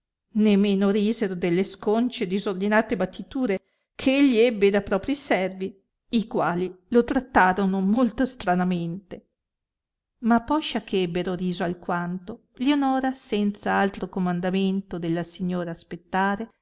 meno risero delle sconcie e disordinate battiture che egli ebbe da propi servi i quali lo trattarono molto stranamente ma poscia che ebbero riso alquanto lionora senza altro comandamento dalla signora aspettare